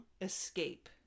escape